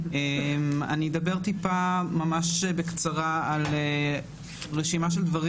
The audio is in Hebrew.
אני אדבר ממש בקצרה על רשימה של דברים